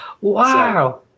Wow